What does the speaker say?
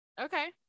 Okay